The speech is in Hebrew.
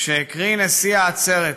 כשהקריא נשיא העצרת,